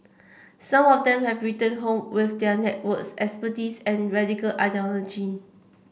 some of them have returned home with their networks expertise and radical ideology